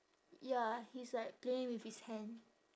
ya he's like playing with his hand